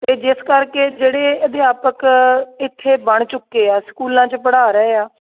ਅਤੇ ਜਿਸ ਕਰਕੇ ਜਿਹੜੇ ਅਧਿਆਪਕ ਇੱਥੇ ਬਣ ਚੁੱਕੇ ਆ ਸਕੂਲਾਂ 'ਚ ਪੜ੍ਹਾ ਰਹੇ ਆ